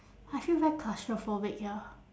I feel very claustrophobic here